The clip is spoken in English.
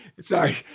sorry